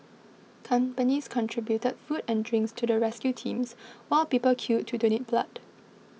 companies contributed food and drinks to the rescue teams while people queued to donate blood